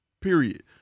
period